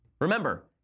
Remember